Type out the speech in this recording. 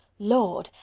lord!